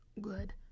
good